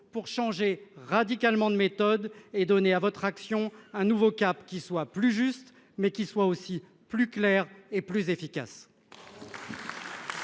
pour changer radicalement de méthode et donner à votre action un nouveau cap qui soit plus juste mais qui soit aussi plus claires et plus efficaces.